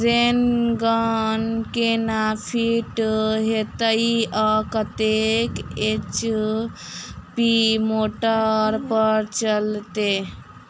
Rain gun केना fit हेतइ आ कतेक एच.पी मोटर पर चलतै?